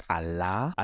Allah